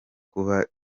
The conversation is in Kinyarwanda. kuba